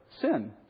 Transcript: sin